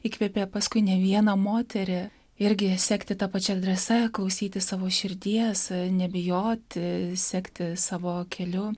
įkvėpė paskui ne vieną moterį irgi sekti ta pačia drąsa klausyti savo širdies nebijoti sekti savo keliu